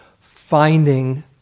finding